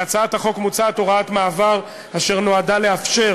בהצעת החוק מוצעת הוראת מעבר אשר נועדה לאפשר